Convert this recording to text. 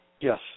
Yes